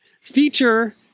Feature